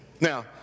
Now